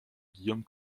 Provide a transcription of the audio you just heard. guillaume